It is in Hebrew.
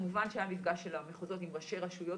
כמובן שהיה מפגש של המחוזות עם ראשי רשויות